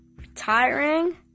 Retiring